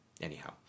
Anyhow